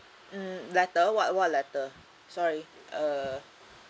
mm letter what what letter sorry uh